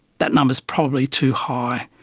that number's probably too high.